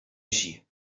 així